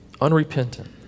Unrepentant